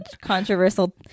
controversial